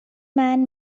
man